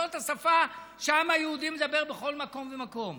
זאת השפה שהעם היהודי מדבר בכל מקום ומקום.